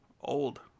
old